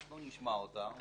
אנחנו נשמע אותה.